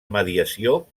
mediació